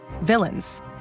villains